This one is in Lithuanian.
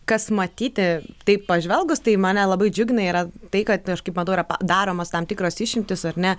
kas matyti taip pažvelgus tai mane labai džiugina yra tai kad aš kaip matau yra daromos tam tikros išimtys ar ne